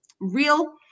real